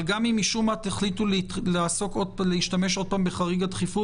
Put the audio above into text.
אבל גם אם משום מה תחליטו להשתמש עוד פעם בחריג הדחיפות,